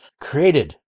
created